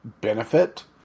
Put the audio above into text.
benefit